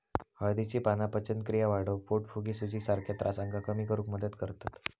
हळदीची पाना पचनक्रिया वाढवक, पोटफुगी, सुजीसारख्या त्रासांका कमी करुक मदत करतत